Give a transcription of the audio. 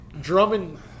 Drummond